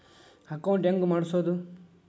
Account ಹೆಂಗ್ ಮಾಡ್ಸೋದು?